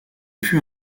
put